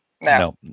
No